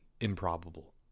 Improbable